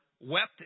wept